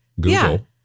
Google